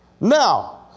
Now